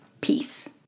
Peace